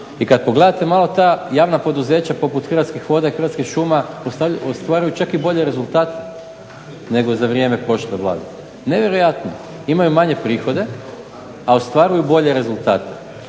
I kad pogledate malo ta javna poduzeća poput Hrvatskih voda i Hrvatskih šuma ostvaruju čak i bolje rezultate nego za vrijeme … Vlade. Nevjerojatno, imaju manje prihode, a ostvaruju bolje rezultate.